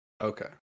Okay